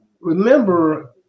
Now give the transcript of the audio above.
remember